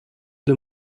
the